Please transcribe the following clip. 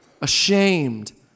ashamed